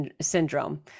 syndrome